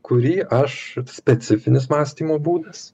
kurį aš specifinis mąstymo būdas